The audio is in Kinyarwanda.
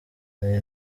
hari